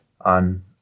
on